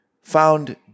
found